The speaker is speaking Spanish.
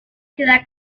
ciudad